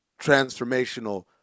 transformational